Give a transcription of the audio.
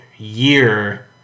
year